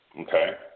Okay